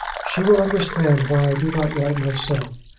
she will understand why i do not write myself.